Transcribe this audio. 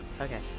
Okay